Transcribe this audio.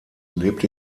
lebt